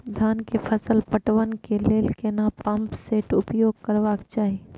धान के फसल पटवन के लेल केना पंप सेट उपयोग करबाक चाही?